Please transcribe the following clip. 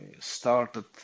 started